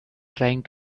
trying